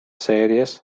series